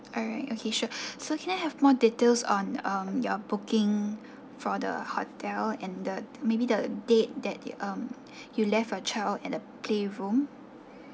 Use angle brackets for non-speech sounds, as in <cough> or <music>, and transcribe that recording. alright okay sure <breath> so can I have more details on um your booking for the hotel and the maybe the date that the um <breath> you left a child at the playroom